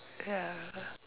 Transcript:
ya